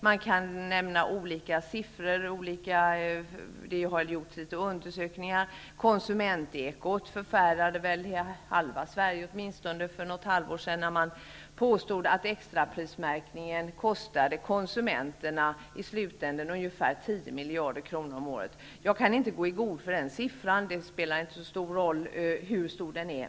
Man kan nämna olika siffror och undersökningar. Konsument-Ekot förfärade åtminstone halva Sverige för något halvår sedan när man påstod att extraprismärkningen kostar konsumenterna ungefär 10 miljoner om året. Jag kan inte gå i god för det beloppet, och det spelar egentligen inte så stor roll.